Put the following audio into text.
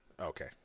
Okay